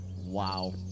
Wow